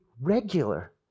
regular